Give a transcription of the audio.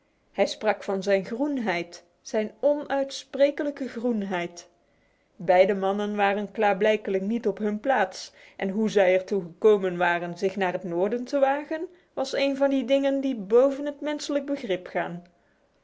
hij sprak van zijn groenheid zijn onuitsprekelijke groenheid beide mannen waren klaarblijkelijk niet op hun plaats en hoe zij er toe gekomen waren zich naar het noorden te wagen was een van die dingen die boven het menselijk